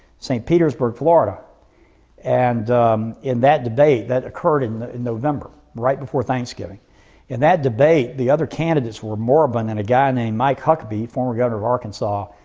st. petersburg, florida and in that debate that occurred in in november right before thanksgiving in that debate the other candidates were moribund and a guy named mike huckabee, former governor of arkansas,